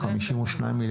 כן.